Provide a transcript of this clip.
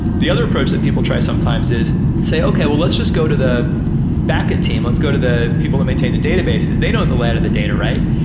the other approach that people try sometimes is say, okay. well, let's just go to the backend team. let's go to the people that maintain the databases. they know the land of the data, right?